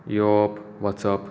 योवप वचप